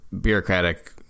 bureaucratic